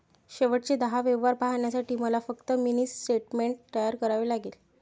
शेवटचे दहा व्यवहार पाहण्यासाठी मला फक्त मिनी स्टेटमेंट तयार करावे लागेल